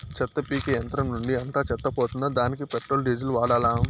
చెత్త పీకే యంత్రం నుండి అంతా చెత్త పోతుందా? దానికీ పెట్రోల్, డీజిల్ వాడాలా?